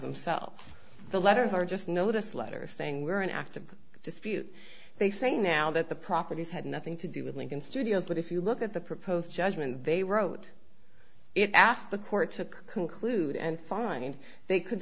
themselves the letters are just notice letters saying where and after a dispute they say now that the properties had nothing to do with lincoln studios but if you look at the proposed judgment they wrote it after the court took conclude and find they could